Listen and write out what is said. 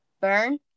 Burn